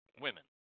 women